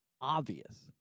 obvious